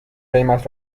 قیمت